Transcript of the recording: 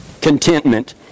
Contentment